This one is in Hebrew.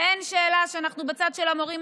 ואין שאלה שאנחנו בצד של המורים,